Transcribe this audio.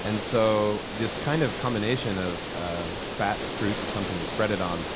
and so this kind of combination of fat, fruit and something to spread it on